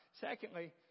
Secondly